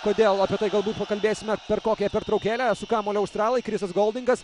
kodėl apie tai galbūt pakalbėsime per kokią pertraukėlę su kamuoliu australai krisas goldingas